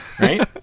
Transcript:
right